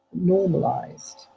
normalized